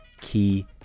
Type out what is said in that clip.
key